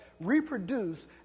reproduce